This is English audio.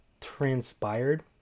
transpired